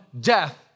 death